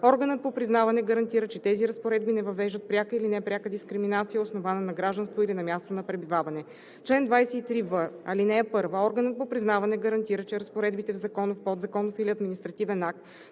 органът по признаване гарантира, че тези разпоредби не въвеждат пряка или непряка дискриминация, основана на гражданство или на място на пребиваване. Чл. 23в. (1) Органът по признаване гарантира, че разпоредбите в законов, подзаконов или административен акт,